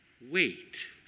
wait